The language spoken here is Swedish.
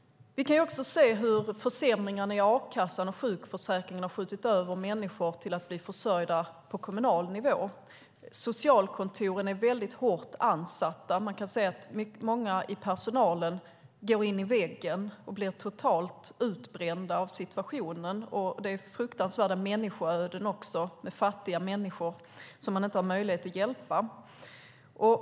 Vi kan också se hur försämringarna i a-kassan och sjukförsäkringen har skjutit över människor till att bli försörjda på kommunal nivå. Socialkontoren är hårt ansatta. Man kan säga att många i personalen går in i väggen och blir totalt utbrända av situationen. Det är fruktansvärda människoöden. Det är fattiga människor som man inte har möjlighet att hjälpa.